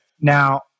Now